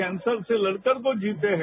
cancer से लड़कर वो जीते हैं